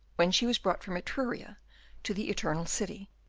when she was brought from etruria to the eternal city,